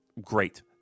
great